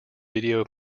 video